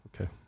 Okay